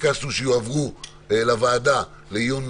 ביקשנו שיועברו לוועדה לעיון,